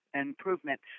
improvement